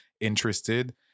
interested